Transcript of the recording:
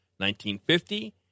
1950